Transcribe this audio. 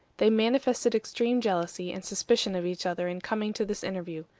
they manifested extreme jealousy and suspicion of each other in coming to this interview.